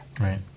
Right